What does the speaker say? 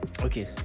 Okay